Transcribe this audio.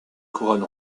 couronne